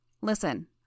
Listen